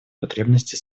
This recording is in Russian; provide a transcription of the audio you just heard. потребности